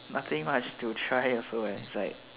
nothing much to try also eh is like